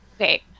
Okay